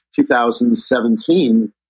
2017